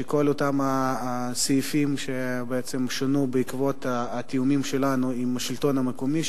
וכל אותם הסעיפים ששונו בעקבות התיאומים שלנו עם השלטון המקומי,